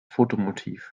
fotomotiv